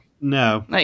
No